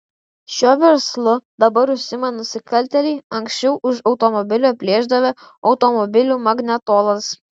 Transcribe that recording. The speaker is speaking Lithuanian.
šiuo verslu dabar užsiima nusikaltėliai anksčiau iš automobilių plėšdavę automobilių magnetolas